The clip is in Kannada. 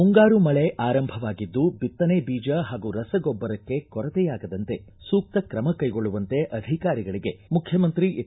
ಮುಂಗಾರು ಮಳೆ ಆರಂಭವಾಗಿದ್ದು ಬಿತ್ತನೆ ಬೀಜ ಹಾಗೂ ರಸ ಗೊಬ್ಬರಕ್ಕೆ ಕೊರತೆಯಾಗದಂತೆ ಸೂಕ್ತ ಕ್ರಮ ಕೈಗೊಳ್ಳುವಂತೆ ಅಧಿಕಾರಿಗಳಗೆ ಮುಖ್ಯಮಂತ್ರಿ ಎಚ್